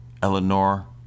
Eleanor